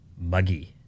muggy